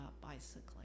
bicycling